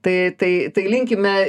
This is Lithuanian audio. tai tai tai linkime